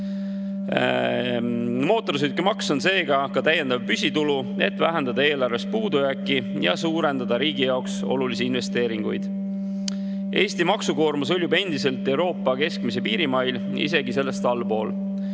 Mootorsõidukimaks on seega ka täiendav püsitulu, et vähendada eelarve puudujääki ja suurendada riigi jaoks olulisi investeeringuid. Eesti maksukoormus on endiselt Euroopa keskmise piirimail, isegi sellest allpool,